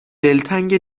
دلتنگ